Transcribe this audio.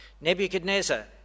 Nebuchadnezzar